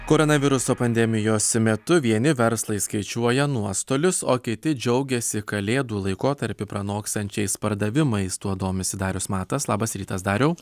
koronaviruso pandemijos metu vieni verslai skaičiuoja nuostolius o kiti džiaugiasi kalėdų laikotarpiu pranokstančiais pardavimais tuo domisi darius matas labas rytas dariau